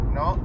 no